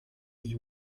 you